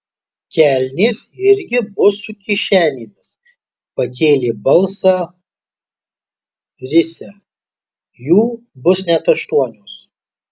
kelnės irgi bus su kišenėmis pakėlė balsą risią jų bus net aštuonios